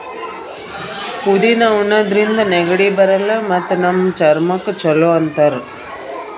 ಪುದಿನಾ ಉಣಾದ್ರಿನ್ದ ನೆಗಡಿ ಬರಲ್ಲ್ ಮತ್ತ್ ನಮ್ ಚರ್ಮಕ್ಕ್ ಛಲೋ ಅಂತಾರ್